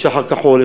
יש "שח"ר כחול",